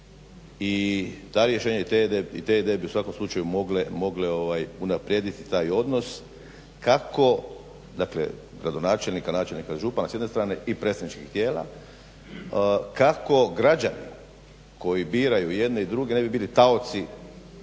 i ta rješenja i te ideje bi u svakom slučaju mogle unaprijediti taj odnos kako dakle gradonačelnika, načelnika, župana s jedne strane i predstavničkih tijela, kako građani koji biraju jedne i druge ne bi bili taoci